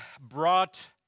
brought